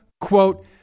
quote